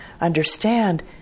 understand